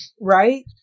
Right